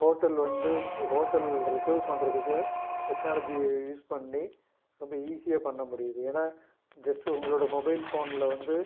hotel வந்து hotel reserve பண்ணுறதுக்கு டெக்னாலஜியை யூஸ் பண்ணி ரொம்ப ஈஸியாக பண்ண முடியிது ஏன்னால் ஜஸ்ட்டு உங்களோடய மொபைல் ஃபோனில் வந்து